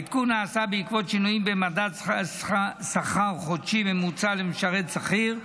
העדכון נעשה בעקבות שינויים במדד שכר חודשי ממוצע למשרת שכיר,